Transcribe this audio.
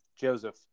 Joseph